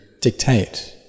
dictate